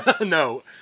No